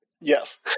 Yes